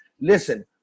Listen